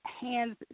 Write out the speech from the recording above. hands